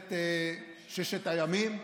מלחמת ששת הימים,